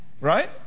Right